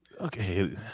Okay